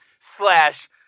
slash